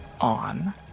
on